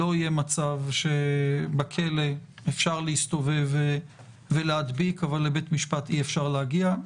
לא יהיה מצב שבכלא אפשר להסתובב ולהדביק אבל לבית משפט אי אפשר להגיע,